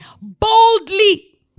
boldly